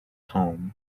home